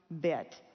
bit